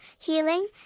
healing